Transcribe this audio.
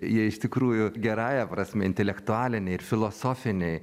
jie iš tikrųjų gerąja prasme intelektualiniai ir filosofiniai